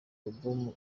album